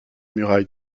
muraille